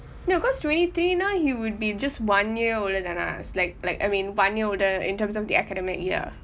no because twenty three now he would be just one year older than us like like I mean one year older in terms of the academic year